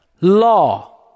Law